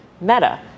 Meta